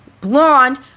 blonde